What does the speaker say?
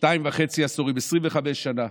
שניים וחצי עשורים, 25 שנים.